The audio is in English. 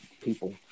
people